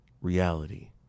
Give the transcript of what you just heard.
reality